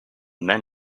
men